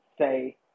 say